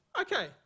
Okay